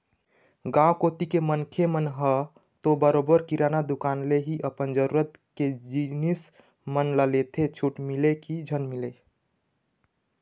गाँव कोती के मनखे मन ह तो बरोबर किराना दुकान ले ही अपन जरुरत के जिनिस मन ल लेथे छूट मिलय की झन मिलय